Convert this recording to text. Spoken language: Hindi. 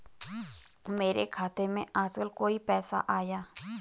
मेरे खाते में आजकल कोई पैसा आया?